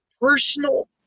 personal